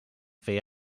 fer